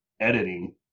editing